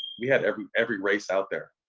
we had every every race out there.